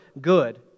good